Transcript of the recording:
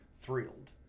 thrilled